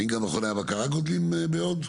האם גם מכוני הבקרה גדלים בעוד?